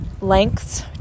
lengths